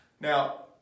Now